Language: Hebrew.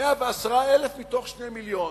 110,000 מתוך 2 מיליון.